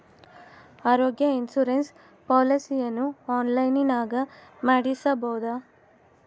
ಆರೋಗ್ಯ ಇನ್ಸುರೆನ್ಸ್ ಪಾಲಿಸಿಯನ್ನು ಆನ್ಲೈನಿನಾಗ ಮಾಡಿಸ್ಬೋದ?